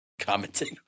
commenting